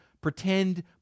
pretend